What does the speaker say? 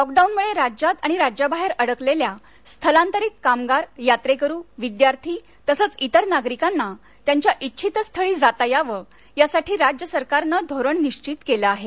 लॉकडाऊनमुळे राज्यात आणि राज्याबाहेर अडकलेल्या स्थलांतरित कामगार यात्रेकरू विद्यार्थी तसंच इतर नागरिकाना त्यांच्या इच्छित स्थळी जाता याव यासाठी राज्य सरकारन धोरण निश्वित केल आहे